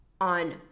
on